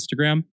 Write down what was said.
Instagram